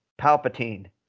Palpatine